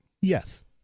Yes